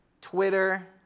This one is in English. Twitter